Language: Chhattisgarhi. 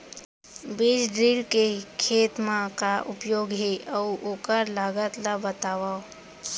बीज ड्रिल के खेत मा का उपयोग हे, अऊ ओखर लागत ला बतावव?